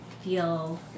feel